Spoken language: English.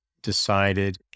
decided